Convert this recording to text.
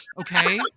Okay